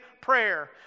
prayer